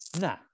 Nah